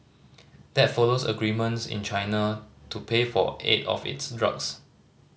that follows agreements in China to pay for eight of its drugs